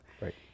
Right